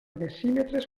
decímetres